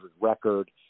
record